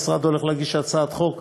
המשרד הולך להגיש הצעת חוק,